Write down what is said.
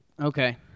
Okay